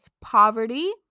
poverty